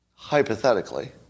hypothetically